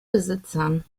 besitzern